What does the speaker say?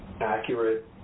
accurate